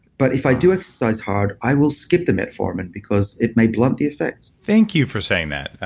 but if i do exercise hard, i will skip the metformin because it may blunt the effects thank you for saying that.